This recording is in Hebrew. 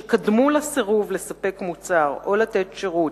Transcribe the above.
שקדמו לסירוב לספק מוצר או לתת שירות,